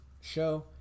show